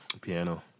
Piano